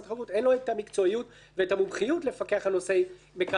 אין לו המקצועיות והמומחיות לפקח על נושא מקרקעין,